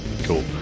cool